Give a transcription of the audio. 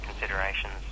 considerations